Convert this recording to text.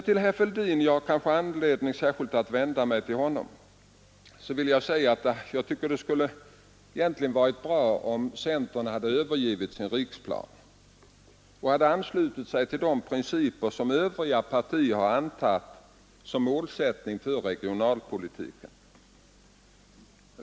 Till herr Fälldin — jag har kanske anledning att särskilt vända mig till honom =— vill jag säga att jag egentligen tycker att det skulle ha varit bra om centern övergivit sin riksplan och anslutit sig till de principer som övriga partier har antagit som målsättning för regionalpolitiken.